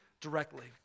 directly